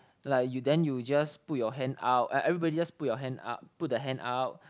like you then you just put your hand out every everybody just put your hand up put the hand out